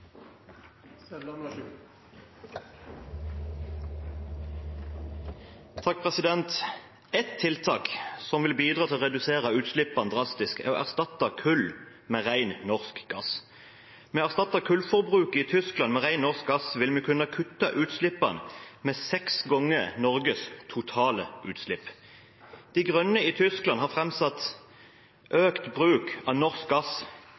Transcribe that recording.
å erstatte kull med ren norsk gass. Ved å erstatte kullforbruket i Tyskland med ren norsk gass vil vi kunne kutte utslippene med seks ganger Norges totale utslipp. De Grønne i Tyskland har framsatt økt bruk av norsk gass